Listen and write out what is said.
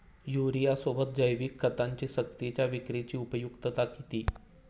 युरियासोबत जैविक खतांची सक्तीच्या विक्रीची उपयुक्तता किती?